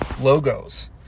logos